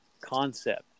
concept